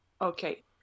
Okay